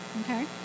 Okay